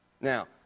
Now